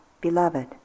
beloved